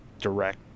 direct